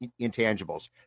Intangibles